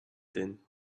din